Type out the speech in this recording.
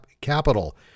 capital